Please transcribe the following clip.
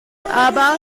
aber